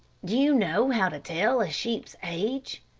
do you know how to tell a sheep's age?